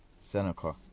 Seneca